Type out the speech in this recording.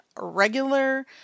regular